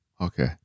okay